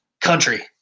country